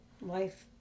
life